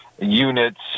units